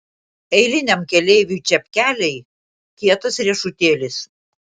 eiliniam keleiviui čepkeliai kietas riešutėlis